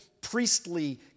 priestly